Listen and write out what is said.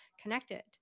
connected